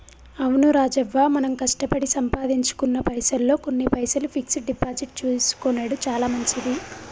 అవును రాజవ్వ మనం కష్టపడి సంపాదించుకున్న పైసల్లో కొన్ని పైసలు ఫిక్స్ డిపాజిట్ చేసుకొనెడు చాలా మంచిది